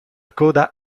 coda